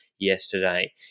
Yesterday